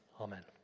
Amen